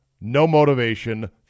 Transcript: no-motivation